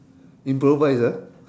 improvise ah